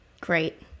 Great